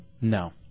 No